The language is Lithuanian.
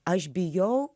aš bijau